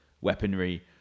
weaponry